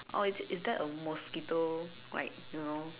oh is it is there a mosquito like you know